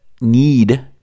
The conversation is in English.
need